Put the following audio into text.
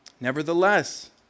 Nevertheless